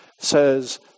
says